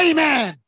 Amen